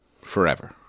forever